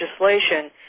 legislation